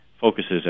focuses